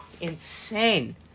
Insane